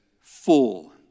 full